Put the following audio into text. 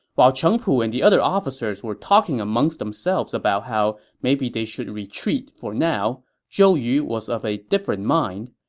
while cheng pu and the other officers were talking amongst themselves about how maybe they should retreat for now, zhou yu was of a different mind.